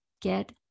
get